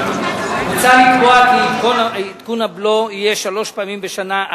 מוצע לקבוע כי עדכון הבלו יהיה שלוש פעמים בשנה,